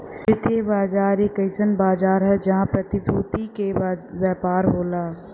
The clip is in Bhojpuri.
वित्तीय बाजार एक अइसन बाजार हौ जहां प्रतिभूति क व्यापार होला